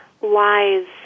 wise